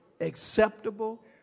acceptable